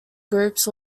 groups